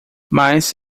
mas